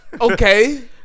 Okay